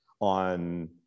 on